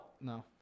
No